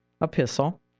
epistle